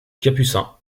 capucins